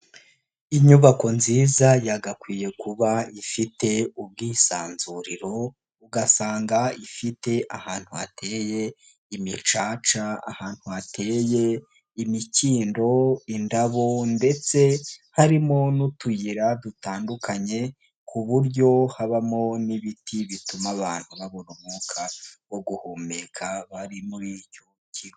Inyubako nziza yagakwiye kuba ifite ubwisanzuriro ugasanga ifite ahantu hateye imicaca, ahantu hateye imikindo, indabo ndetse harimo n'utuyira dutandukanye ku buryo habamo n'ibiti bituma abantu babona umwuka wo guhumeka bari muri icyo kigo.